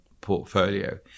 portfolio